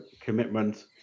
commitment